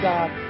God